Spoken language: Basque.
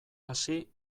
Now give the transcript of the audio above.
hasi